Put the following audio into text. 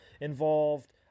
involved